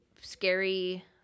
scary